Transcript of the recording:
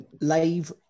Live